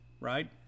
right